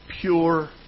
pure